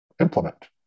implement